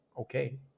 okay